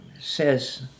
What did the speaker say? says